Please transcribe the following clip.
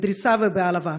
בדריסה ובהעלבה.